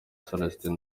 celestin